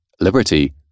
liberty